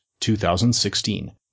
2016